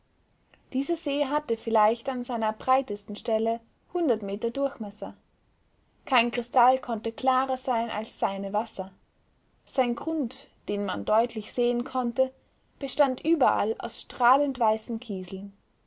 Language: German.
dieser see hatte vielleicht an seiner breitesten stelle hundert meter durchmesser kein kristall konnte klarer sein als seine wasser sein grund den man deutlich sehen konnte bestand überall aus strahlend weißen kieseln